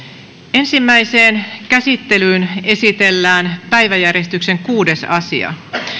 ensimmäiseen käsittelyyn esitellään päiväjärjestyksen kuudes asia